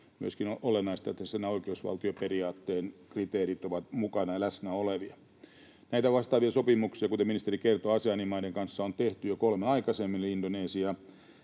Myöskin on olennaista, että tässä nämä oikeusvaltio-periaatteen kriteerit ovat mukana ja läsnä olevia. Näitä vastaavia sopimuksia, kuten ministeri kertoi, Aseanin maiden kanssa on tehty jo kolme aikaisemmin, eli Indonesian,